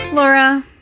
Laura